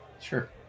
Sure